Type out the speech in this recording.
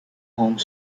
home